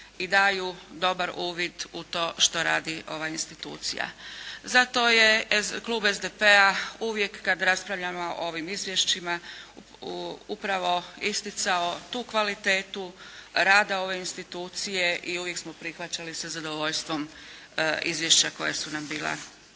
i daju dobar uvid u to što radi ova institucija. Zato je klub SDP-a uvijek kada raspravljamo o ovim izvješćima, upravo isticao tu kvalitetu rada ove institucije i uvijek smo prihvaćali sa zadovoljstvom izvješća koja su nam bila predočena.